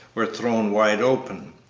were thrown wide open,